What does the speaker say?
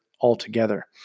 altogether